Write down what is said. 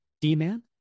D-Man